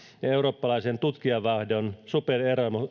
ja eurooppalaisen tutkijavaihdon super